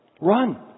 Run